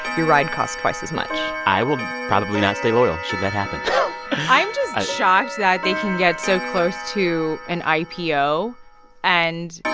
your ride costs twice as much i will probably not stay loyal should that happen i'm just shocked that they can get so close to an ipo and.